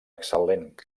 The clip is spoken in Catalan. excel·lent